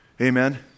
Amen